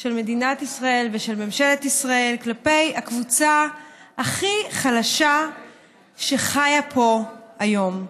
של מדינת ישראל ושל ממשלת ישראל כלפי הקבוצה הכי חלשה שחיה פה היום.